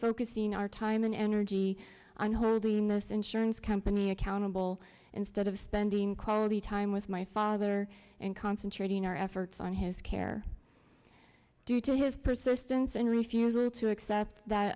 focusing our time and energy on hold the most insurance company accountable instead of spending quality time with my father and concentrating our efforts on his care due to his persistence and refusal to accept that